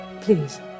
Please